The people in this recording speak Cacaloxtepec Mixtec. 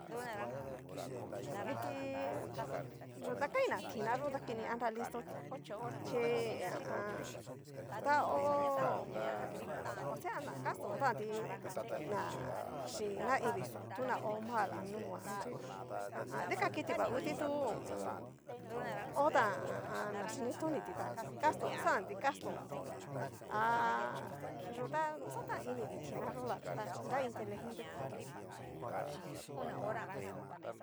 Mmm kiti. yu ta kain na tina yo ta kini anra listo ti, chi ha a an. ta ho o on. osea na kastontanti na. chin naivii xó tona o mal a nunguan, chi dikan kitii va nguti tu. ho o on. otan na ha a an. na xhini toniti ta kastón xanti kastonti ha. yu ta xatan inigi tina yó la verdad chi nra inteligente tí.